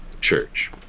church